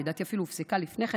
לדעתי היא אפילו הופסקה לפני כן,